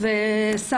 לא.